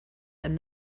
and